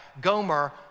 Gomer